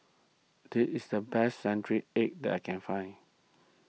this is the best Century Egg that I can find